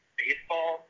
baseball